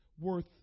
worth